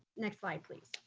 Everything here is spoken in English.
next slide, please.